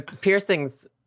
Piercings